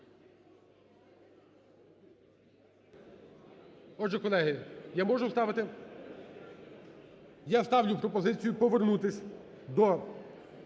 Отже, колеги, я можу ставити? Я ставлю пропозицію повернутись до